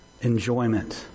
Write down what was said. enjoyment